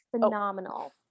phenomenal